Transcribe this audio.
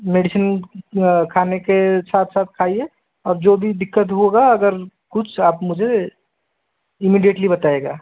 medicine खाने के साथ साथ खाइये और जो भी दिक्कत होगा अगर कुछ आप मुझे इम्मिडिएटली बताइएगा